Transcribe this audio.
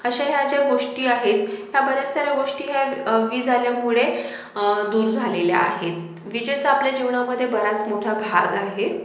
अशा ह्या ज्या गोष्टी आहेत ह्या बऱ्याच साऱ्या गोष्टी ह्या वीज आल्यामुळे दूर झालेल्या आहेत विजेचा आपल्या जीवनामधे बराच मोठा भाग आहे